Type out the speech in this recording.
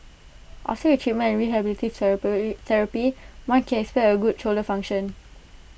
after the treatment and rehabilitative therapy one can expect A good shoulder function